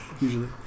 Usually